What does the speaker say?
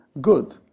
good